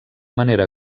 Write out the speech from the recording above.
manera